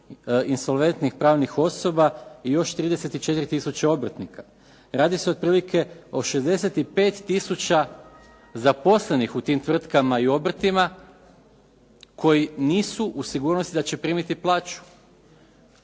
insolventnih pravnih osoba i još 34000 obrtnika. Radi se otprilike o 65000 zaposlenih u tim tvrtkama i obrtima koji nisu u sigurnosti da će primiti plaću.